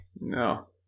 no